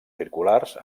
circulars